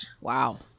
Wow